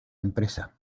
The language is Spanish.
empresa